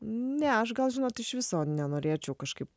ne aš gal žinot iš viso nenorėčiau kažkaip